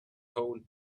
code